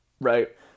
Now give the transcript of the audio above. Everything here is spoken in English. right